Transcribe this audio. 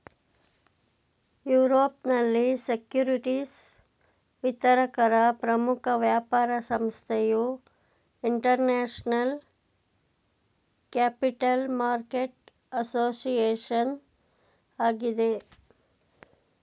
ಯುರೋಪ್ನಲ್ಲಿ ಸೆಕ್ಯೂರಿಟಿಸ್ ವಿತರಕರ ಪ್ರಮುಖ ವ್ಯಾಪಾರ ಸಂಸ್ಥೆಯು ಇಂಟರ್ನ್ಯಾಷನಲ್ ಕ್ಯಾಪಿಟಲ್ ಮಾರ್ಕೆಟ್ ಅಸೋಸಿಯೇಷನ್ ಆಗಿದೆ